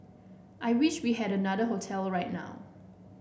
I wish we had another hotel right now